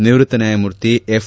ನಿವ್ಚತ್ತ ನ್ನಾಯಮೂರ್ತಿ ಎಫ್